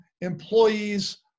Employees